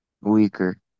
Weaker